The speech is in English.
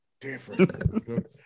different